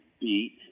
beat